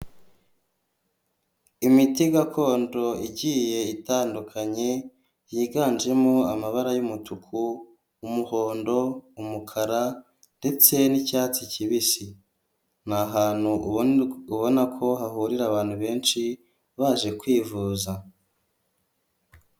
Imiti gakondo igiye itandukanye, yiganjemo amabara y'umutuku umuhondo umukara ndetse ni'cyatsi kibisi, ni ahantutu ubona ko hahurira abantu benshi baje kwivuza.